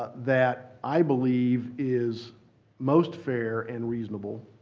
that i believe is most fair and reasonable